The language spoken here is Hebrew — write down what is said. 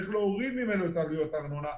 צריך להוריד ממנו את עלויות הארנונה,